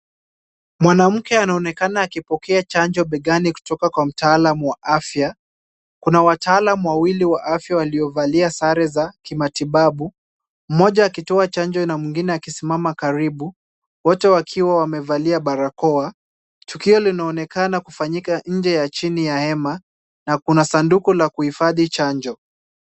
Mwanamke anaonekana akipokea chanjo begani kutoka kwa mtaalam wa afya. Kuna wataalam wawili wa afya waliovalia sare za kimatibabu, mmoja akitoa chanjo na mwingine akisimama karibu. Wote wakiwa wamevalia barakoa. Tukio linaonekana kufanyika nje ya chini ya hema na kuna sanduku la kuhifadhi chanjo.